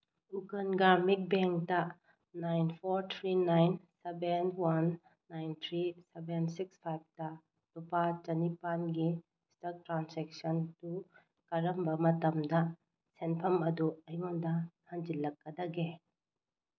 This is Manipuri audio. ꯎꯠꯀꯜ ꯒ꯭ꯔꯥꯃꯤꯟ ꯕꯦꯡꯇ nine four three nine seven one nine three seven six ꯐꯥꯏꯚꯇ ꯂꯨꯄꯥ ꯆꯅꯤꯄꯥꯟꯒꯤ ꯏꯁꯇꯛ ꯇ꯭ꯔꯥꯟꯁꯦꯛꯁꯟꯇꯨ ꯀꯔꯝꯕ ꯃꯇꯝꯗ ꯁꯦꯝꯐꯝ ꯑꯗꯨ ꯑꯩꯉꯣꯟꯗ ꯍꯟꯖꯤꯜꯂꯛꯀꯗꯒꯦ